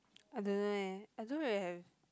I don't know eh I don't really have